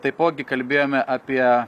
taipogi kalbėjome apie